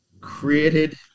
created